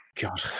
God